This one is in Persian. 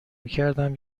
میکردم